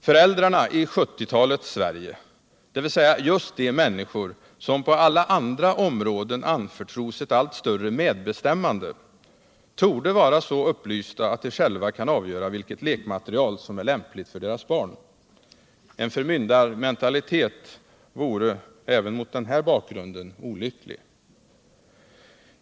Föräldrarna i 1970-talets Sverige, dvs. just de människor som på alla andra områden anförtros ett allt större medbestämmande, torde vara så upplysta att de själva kan avgöra vilket lekmaterial som är lämpligt för deras barn. En förmyndarmentalitet vore även mot denna bakgrund olycklig.